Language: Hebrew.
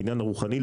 הקניין הרוחני,